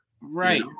Right